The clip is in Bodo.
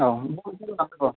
औ बबे जरायाव लांनांगौ